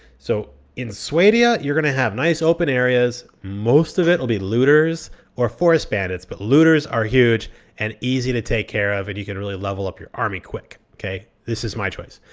so in swadia, you're going to have nice, open areas. most of it will be looters or forest bandits. but looters are huge and easy to take care of, and you can really level up your army quick, okay? this is my choice.